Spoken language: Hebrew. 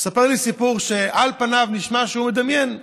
והוא מספר לי סיפור שעל פניו נשמע שהוא מדמיין,